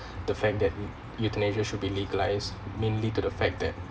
the fact that eu~ euthanasia should be legalized mainly to the fact that